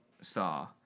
saw